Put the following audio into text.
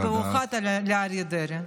ובמיוחד לא לאריה דרעי.